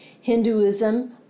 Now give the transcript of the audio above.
Hinduism